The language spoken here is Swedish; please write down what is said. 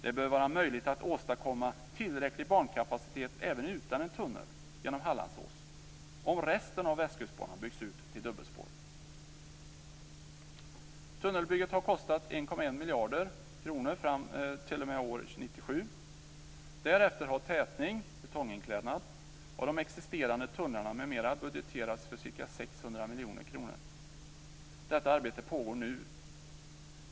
Det bör vara möjligt att åstadkomma tillräcklig bankapacitet även utan en tunnel genom Hallandsås om resten av Västkustbanan byggs ut till dubbelspår. Tunnelbygget har kostat 1,1 miljarder kronor t.o.m. år 1997. Därefter har tätning - betonginklädnad - av de existerande tunnlarna m.m. budgeterats för ca 600 miljoner kronor. Detta arbete pågår nu.